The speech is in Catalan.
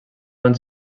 van